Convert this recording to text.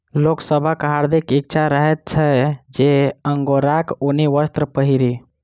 लोक सभक हार्दिक इच्छा रहैत छै जे अंगोराक ऊनी वस्त्र पहिरी